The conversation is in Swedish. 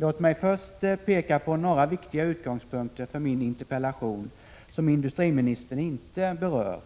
Låt mig först peka på några viktiga utgångspunkter för min interpellation, vilka industriministern inte berör.